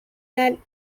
had